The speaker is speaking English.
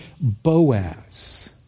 Boaz